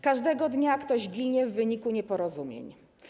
Każdego dnia ktoś ginie w wyniku nieporozumień.